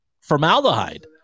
Formaldehyde